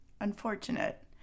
unfortunate